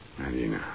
Marina